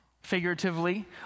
figuratively